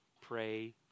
pray